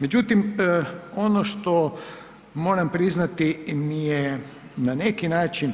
Međutim, ono što moram priznati mi je na neki način